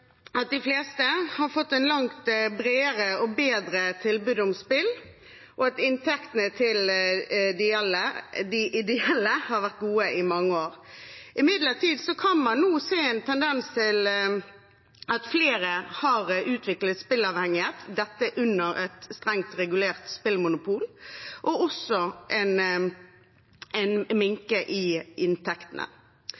at de fleste har fått et langt bredere og bedre tilbud om spill, og at inntektene til de ideelle har vært gode i mange år. Imidlertid kan man nå se en tendens til at flere har utviklet spilleavhengighet, dette under et strengt regulert spillmonopol, og